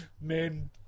men